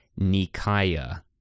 Nikaya